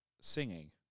singing